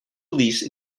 release